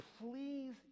please